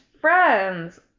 friends